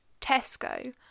Tesco